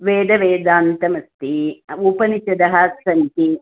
वेदवेदान्तमस्ति उपनिषदः सन्ति